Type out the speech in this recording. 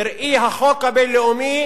בראי החוק הבין-לאומי